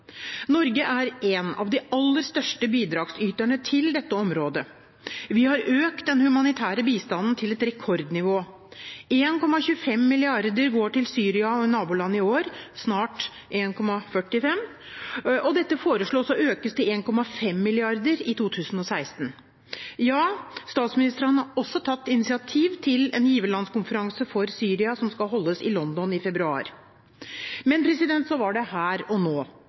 Norge er en av de aller største bidragsyterne til dette området. Vi har økt den humanitære bistanden til et rekordnivå, 1,25 mrd. kr går til Syria og naboland i år – snart 1.45 mrd. kr. Dette foreslås økt til 1,5 mrd. kr i 2016. Ja, statsministeren har også tatt initiativ til en giverlandskonferanse for Syria som skal holdes i London i februar. Men så var det her og nå.